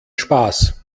spaß